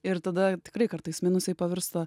ir tada tikrai kartais minusai pavirsta